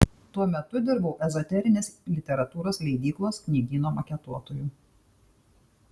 tuo metu dirbau ezoterinės literatūros leidyklos knygyno maketuotoju